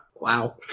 Wow